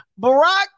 Barack